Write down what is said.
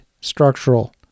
structural